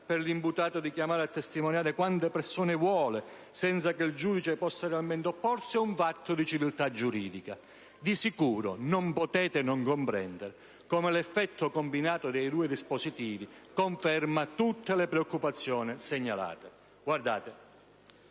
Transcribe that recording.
per l'imputato di chiamare a testimoniare quante persone vuole senza che il giudice possa realmente opporsi, è un fatto di civiltà giuridica. Di sicuro non potete non comprendere come l'effetto combinato dei due dispositivi confermi tutte le preoccupazioni segnalate.